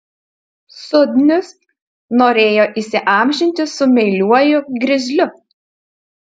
sudnius norėjo įsiamžinti su meiliuoju grizliu